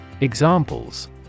Examples